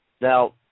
Now